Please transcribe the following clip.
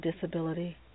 disability